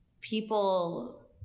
people